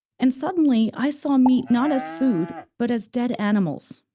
and suddenly, i saw meat not as food, but as dead animals.